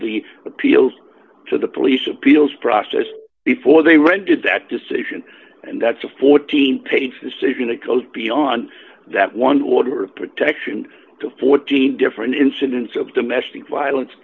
the appeals to the police appeals process before they rented that decision and that's a fourteen page decision that goes beyond that one order of protection to fourteen different incidents of domestic violence